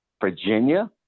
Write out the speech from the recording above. Virginia